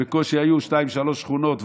בקושי היו שתיים-שלוש שכונות,